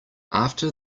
after